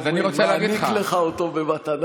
איך אומרים, מעניק לך אותו במתנה.